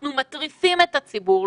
אנחנו מטריפים את הציבור,